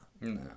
No